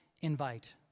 Invite